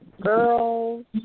girls